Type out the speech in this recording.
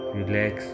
Relax